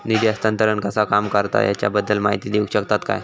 निधी हस्तांतरण कसा काम करता ह्याच्या बद्दल माहिती दिउक शकतात काय?